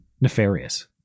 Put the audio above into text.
nefarious